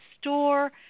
store